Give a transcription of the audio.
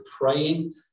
praying